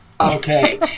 Okay